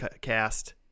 cast